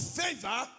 favor